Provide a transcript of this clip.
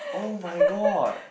[oh]-my-god